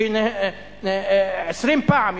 ש-20 פעם,